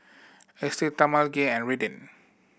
Estell Talmage and Redden